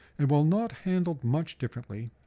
and while not handled much differently,